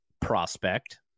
prospect